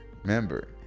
remember